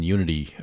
Unity